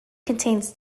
contains